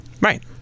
Right